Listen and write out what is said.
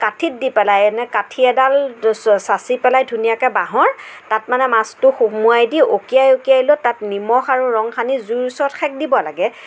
কাঠিত দি পেলাই এনে কাঠি এডাল চাঁচি পেলাই ধুনীয়াকৈ বাঁহৰ তাত মানে মাছটো সোমোৱাই দি অকিয়াই অকিয়াই লৈ তাত নিমখ আৰু ৰং সানি জুইৰ ওচৰত সেক দিব লাগে